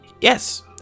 Yes